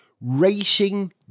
racing